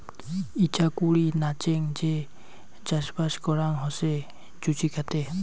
ইচাকুরি নাচেঙ যে চাষবাস করাং হসে জুচিকাতে